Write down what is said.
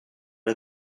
are